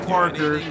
Parker